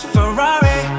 Ferrari